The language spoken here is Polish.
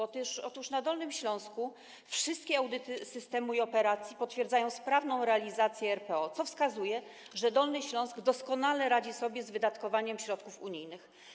Otóż na Dolnym Śląsku wszystkie audyty systemu i operacji potwierdzają sprawną realizację RPO, co wskazuje, że Dolny Śląsk doskonale radzi sobie z wydatkowaniem środków unijnych.